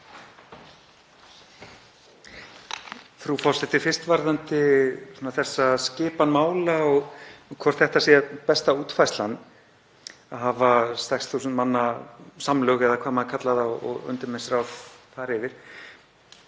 Frú forseti. Fyrst varðandi þessa skipan mála og hvort það sé besta útfærslan að hafa 6.000 manna samlög eða hvað maður kallar það og umdæmisráð þar yfir